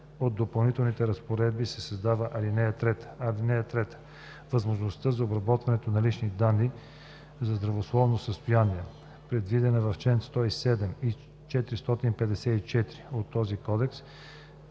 от допълнителните разпоредби се създава ал. 3: „(3) Възможността за обработване на лични данни за здравословно състояние, предвидена в чл. 107 и 454 от този кодекс,